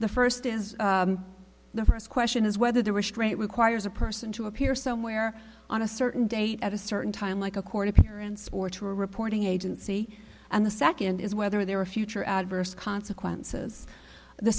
the first is the first question is whether the restraint requires a person to appear somewhere on a certain date at a certain time like a court appearance or to a reporting agency and the second is whether there are future adverse consequences the